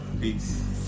Peace